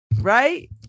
Right